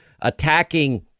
attacking